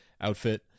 outfit